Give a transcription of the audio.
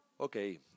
Okay